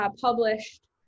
published